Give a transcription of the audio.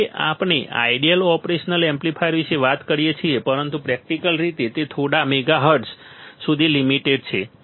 જ્યારે આપણે ideal operation amplifier વિશે વાત કરીએ છીએ પરંતુ પ્રેક્ટિકલ રીતે તે થોડા મેગાહર્ટ્ઝ સુધી લિમીટેડ છે